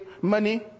money